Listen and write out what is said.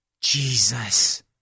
Jesus